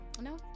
No